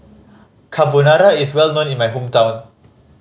carbonara is well known in my hometown